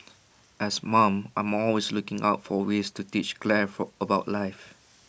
as mom I'm always looking out for ways to teach Claire for about life